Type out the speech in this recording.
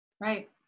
Right